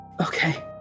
Okay